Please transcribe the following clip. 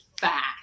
fast